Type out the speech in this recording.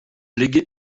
ligue